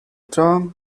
term